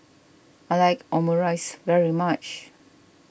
I like Omurice very much